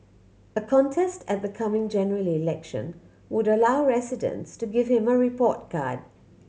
a contest at the coming General Election would allow residents to give him a report card